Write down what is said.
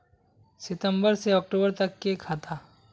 सितम्बर से अक्टूबर तक के खाता?